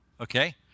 Okay